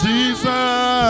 Jesus